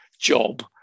job